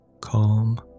Calm